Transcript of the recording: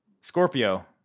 Scorpio